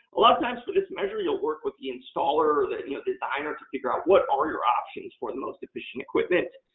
a lot of times through this measure, you'll work with the installer or the and you know designer to figure out what are your options for the most efficient equipment.